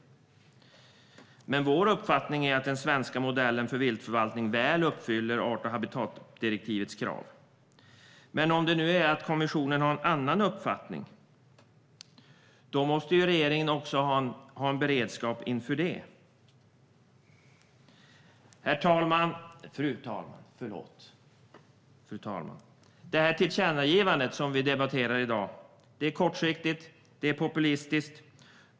Men vår uppfattning är att den svenska modellen för viltförvaltning väl uppfyller art och habitatdirektivets krav. Men om nu kommissionen har en annan uppfattning måste regeringen också ha en beredskap för det. Fru talman! Det tillkännagivande som vi debatterar i dag är kortsiktigt och populistiskt.